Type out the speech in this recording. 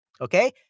Okay